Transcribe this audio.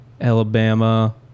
Alabama